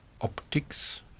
optics